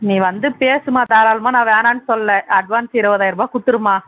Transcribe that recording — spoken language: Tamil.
நீ வந்து பேசும்மா தாராளமாக நான் வேணாம்னு சொல்லலை அட்வான்ஸ் இருபதாயிருபா கொடுத்துரும்மா